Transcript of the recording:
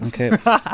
Okay